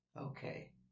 Okay